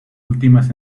últimas